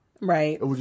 Right